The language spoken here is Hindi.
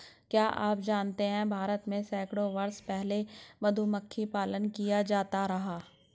क्या आप जानते है भारत में सैकड़ों वर्ष पहले से मधुमक्खी पालन किया जाता रहा है?